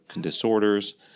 disorders